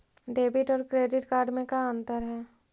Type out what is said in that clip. Debit और credit card में का अंतर है?